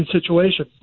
situation